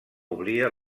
oblida